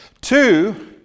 Two